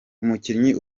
umukinnyi